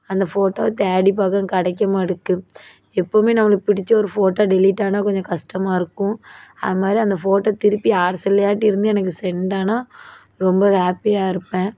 அந்த ஃபோட்டோவை தேடி பாக்கிறேன் கிடைக்க மாட்டுக்கி எப்போதுமே நம்மளுக்கு பிடித்த ஒரு ஃபோட்டோ டெலிட் ஆனால் கொஞ்சம் கஷ்டமாக இருக்கும் அதுமாதிரி அந்த ஃபோட்டோ திருப்பி யார் செல்லாட்டியும் இருந்து எனக்கு சென்ட் ஆனால் ரொம்ப ஹாப்பியாக இருப்பேன்